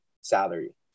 salary